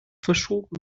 verschoben